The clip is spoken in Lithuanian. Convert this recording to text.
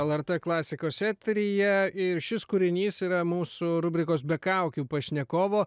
lrt klasikos eteryje ir šis kūrinys yra mūsų rubrikos be kaukių pašnekovo